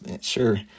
sure